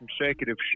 consecutive